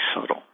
subtle